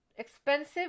expensive